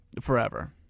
forever